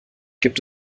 gibt